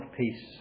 peace